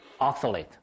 oxalate